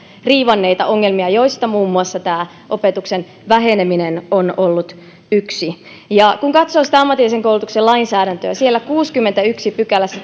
riivanneita ongelmia joista muun muassa opetuksen väheneminen on ollut yksi kun katsoo ammatillisen koulutuksen lainsäädäntöä siellä kuudennessakymmenennessäensimmäisessä pykälässä